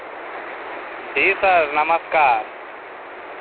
जी sir नमस्कार